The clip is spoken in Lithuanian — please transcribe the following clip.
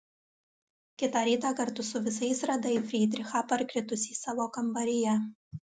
kitą rytą kartu su visais radai frydrichą parkritusį savo kambaryje